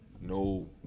No